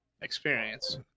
experience